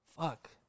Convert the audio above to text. fuck